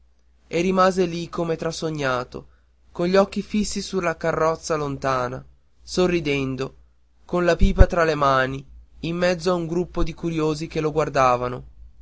e rimase lì come trasognato con gli occhi fissi sulla carrozza lontana sorridendo con la pipa tra le mani in mezzo a un gruppo di curiosi che lo guardavano